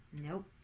Nope